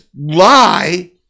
lie